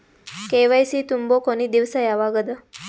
KYC ತುಂಬೊ ಕೊನಿ ದಿವಸ ಯಾವಗದ?